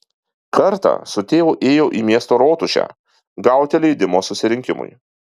kartą su tėvu ėjo į miesto rotušę gauti leidimo susirinkimui